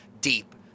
deep